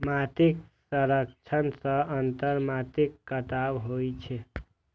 माटिक क्षरण सं अंततः माटिक कटाव होइ छै